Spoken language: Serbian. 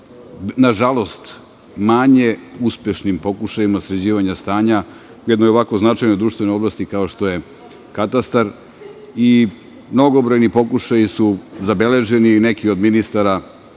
nažalost, manje uspešnim pokušajima sređivanja stanja u jednoj ovakvo značajnoj društvenoj oblasti kao što je katastar. Mnogobrojni pokušaji su zabeleženi i neki od ministara